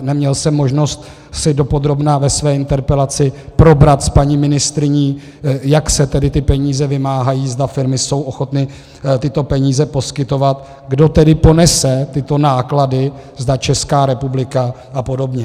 Neměl jsem možnost si dopodrobna ve své interpelaci probrat s paní ministryní, jak se ty peníze vymáhají, zda firmy jsou ochotny tyto peníze poskytovat, kdo tedy ponese tyto náklady, zda Česká republika a podobně.